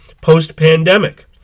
post-pandemic